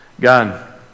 God